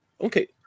Okay